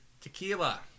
tequila